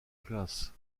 classe